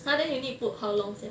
ha then you need put how long sia